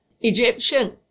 Egyptian